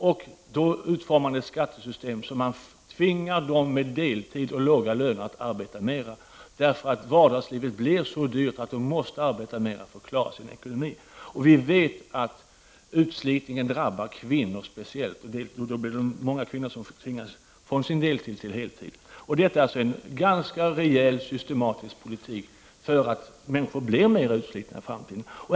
Därför utformar man ett skattesystem som innebär att man tvingar de människor som arbetar deltid och de som har låga löner att arbeta mer. Vardagslivet blir så dyrt att de måste arbeta mer för att klara sin ekonomi. Vi vet att utslitningen drabbar kvinnor, och i och med skatteuppgörelsen tvingas många kvinnor att övergå från deltidsarbete till heltidsarbete. Detta är en systematisk politik — människor kommer att bli mer utslitna i framtiden.